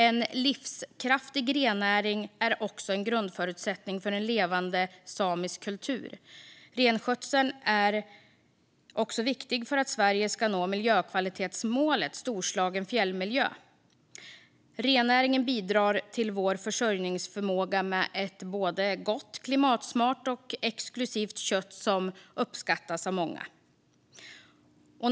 En livskraftig rennäring är en grundförutsättning för en levande samisk kultur. Renskötseln är också viktig för att Sverige ska nå miljökvalitetsmålet Storslagen fjällmiljö. Rennäringen bidrar till vår försörjningsförmåga med ett gott, klimatsmart och exklusivt kött som uppskattas av många.